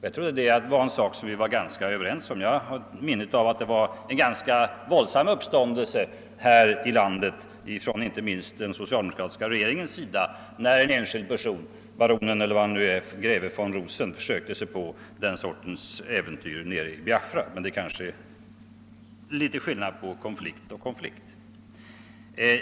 Jag trodde att det var en sak som vi var ganska överens om. Jag har ett minne av att det blev en rätt våldsam uppståndelse här i landet, inte minst från den socialdemokratiska regeringens sida, när en enskild person, greve von Rosen, försökte sig på den sortens äventyr nere i Biafra — men det är kanske litet skillnad på konflikt och konflikt.